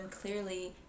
clearly